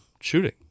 shooting